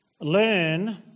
learn